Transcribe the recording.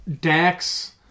Dax